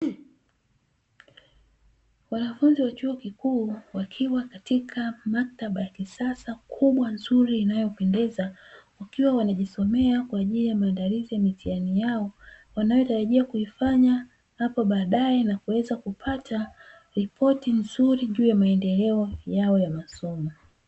Wanafunzi wa chuo kikuu, wakiwa katika ya maktaba ya kisasa, kubwa, nzuri inayopendeza, wakiwa wanajisomea kwa ajili ya maandalizi ya mitihani yao, wanayotarajia kuifanya hapo baadaye na kuweza kupata ripoti nzuri juu ya maendeleo yao ya masomo.